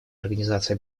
организации